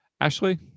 Ashley